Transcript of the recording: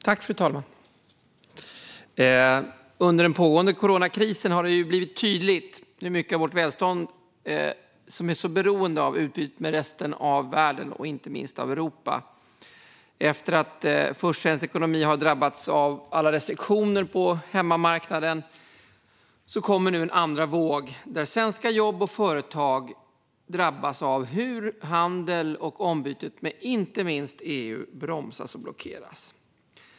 Fru talman! Under den pågående coronakrisen har det blivit tydligt hur mycket av vårt välstånd som är så beroende av utbyte med resten av världen och inte minst av Europa. Efter att svensk ekonomi först har drabbats av alla restriktioner på hemmamarknaden kommer nu en andra våg där svenska jobb och företag drabbas av att handel och utbytet med inte minst EU bromsas och blockeras.